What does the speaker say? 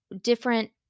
different